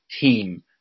team